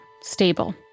stable